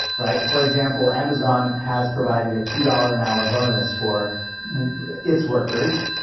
right? for example, amazon has provided a two dollars an hour bonus for its workers.